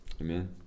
Amen